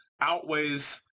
outweighs